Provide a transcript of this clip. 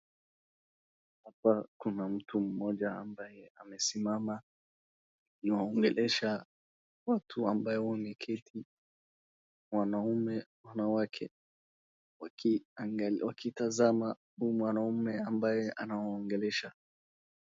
Hapa kuna mtu mmoja ambaye amesimama akiwaongelesha watu ambaye wameketi wanaume wanawake wakitazama huyu mwanaume ambaye anawaongelesha.